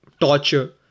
torture